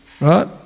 right